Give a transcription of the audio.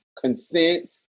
consent